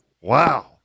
wow